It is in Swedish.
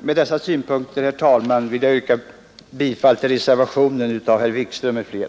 Med dessa synpunkter, herr talman, vill jag yrka bifall till reservationen av herr Wikström m.fl.